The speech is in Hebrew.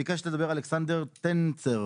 ביקשת לדבר, אלכסנדר טנצר.